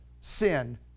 sin